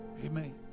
Amen